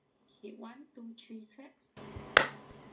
kay one two three clap